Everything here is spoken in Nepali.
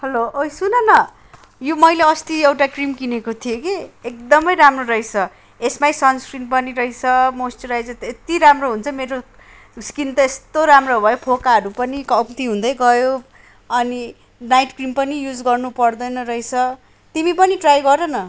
हेलो ओइ सुन न यो मैले अस्ति एउटा क्रिम किनेको थिएँ कि एकदमै राम्रो रहेछ यसमै सन्सक्रिन पनि रहेछ मोइस्चुराइजर त यति राम्रो हुन्छ मेरो स्किन त यस्तो राम्रो भयो फोकाहरू पनि कम्ति हुँदै गयो अनि नाइट क्रिम पनि युज गर्नु पर्दैन रहेछ तिमी पनि ट्राई गर न